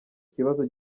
kibazo